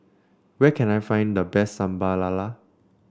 where can I find the best Sambal Lala